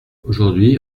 aujourd’hui